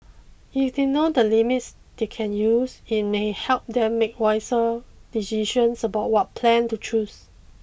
if they know the limits they can use it may help them make wiser decisions about what plan to choose